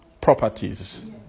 properties